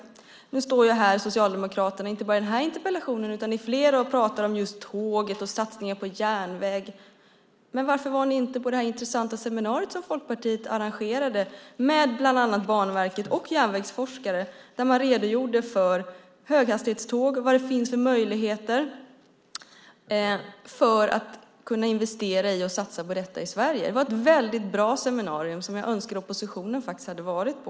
Nu står Socialdemokraterna - det gäller inte bara denna interpellationsdebatt utan även tidigare - och talar om tåg och satsningar på järnväg. Varför var ni då inte på det intressanta seminarium som Folkpartiet arrangerade med bland annat järnvägsforskare och företrädare för Banverket? Där redogjorde man för höghastighetståg och vilka möjligheter det finns att investera i och satsa på dem i Sverige. Det var ett mycket bra seminarium som jag önskar att oppositionen varit på.